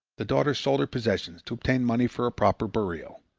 the daughter sold her possessions to obtain money for a proper burial.